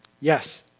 Yes